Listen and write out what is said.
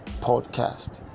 podcast